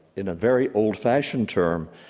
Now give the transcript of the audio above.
in a very old-fashioned term,